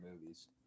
movies